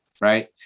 right